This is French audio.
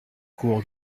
cours